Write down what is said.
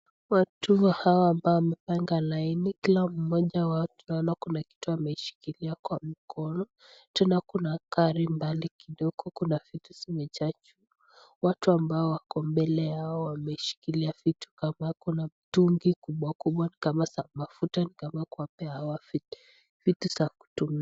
Watu hawa ambao wamepanga laini, kila mmoja wao tunaona kuna kitu ameshikilia kwa mkono, tena kuna gari mbali kidogo, kuna vitu zimejaa. Watu ambao wako mbele yao wameshikilia vitu kama kuna mitungi kubwa kubwa kama za mafuta ni kama kuwapea hawa vitu za kutumia.